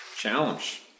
challenge